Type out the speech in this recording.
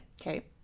Okay